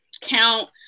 count